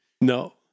No